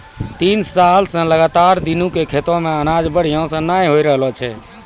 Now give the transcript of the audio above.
तीस साल स लगातार दीनू के खेतो मॅ अनाज बढ़िया स नय होय रहॅलो छै